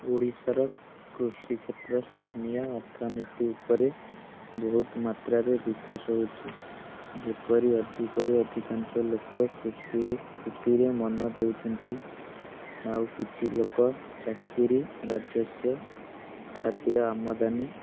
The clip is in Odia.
ଓଡ଼ିଶାର କୃଷିକ୍ଷେତ୍ର ସ୍ଥାନୀୟ ଅର୍ଥନୀତି ଉପରେ ବହୁତ ମାତ୍ରାରେ ବିକାଶ ହେଉଛି ଯେପରି ଅଧିକରୁ ଅଧିକାଂଶ ଲୋକ କୃଷି କୃଷିରେ ମନ ଦେଉଛନ୍ତି ଆଉକିଛି ଲୋକ ଚାକିରି ରାଜସ୍ଵ ଖାଦ୍ୟ ଆମଦାନୀ